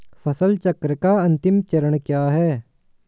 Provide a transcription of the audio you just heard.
फसल चक्र का अंतिम चरण क्या है?